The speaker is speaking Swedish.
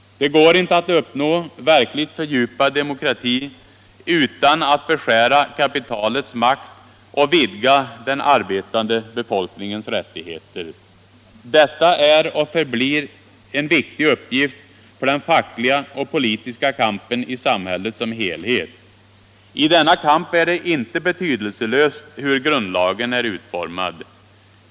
Det går inte att uppnå verkligt fördjupad demokrati utan att beskära kapitalets makt och vidga den arbetande befolkningens rättigheter. Detta är och förblir en viktig uppgift för den fackliga och politiska kampen i samhället som helhet. I denna kamp är det inte betydelselöst hur grundlagen är utformad.